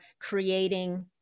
creating